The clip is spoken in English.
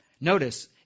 notice